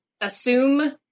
assume